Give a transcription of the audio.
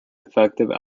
effective